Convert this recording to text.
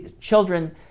children